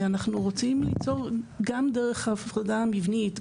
אנחנו רוצים ליצור גם דרך ההפרדה המבנית,